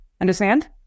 Understand